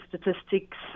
statistics